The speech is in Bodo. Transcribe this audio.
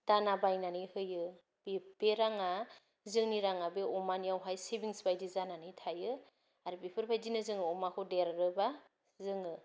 दाना बायनानै होयो बे रांआ जोंनि रांआ अमानियाव सेभिंस बायदि जानानै थायो आरो बेफोरबादिनो जों अमाखौ देरोबा जोङो